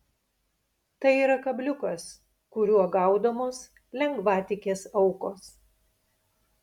tai yra kabliukas kuriuo gaudomos lengvatikės aukos